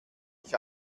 ich